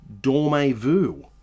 dormez-vous